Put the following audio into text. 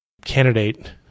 candidate